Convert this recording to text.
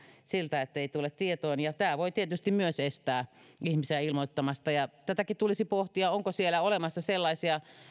siltä että ei tule tietoon tämä voi tietysti myös estää ihmisiä ilmoittamasta tätäkin tulisi pohtia onko siellä olemassa sellaisia